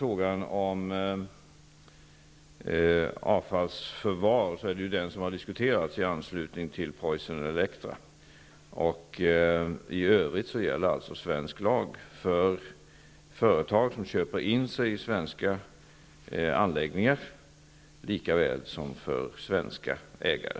Frågan om förvaring av avfall har diskuterats i anslutning till Preussen-Elektra. I övrigt gäller svensk lag för utländska företag som köper in sig i svenska anläggningar likaväl som för svenska ägare.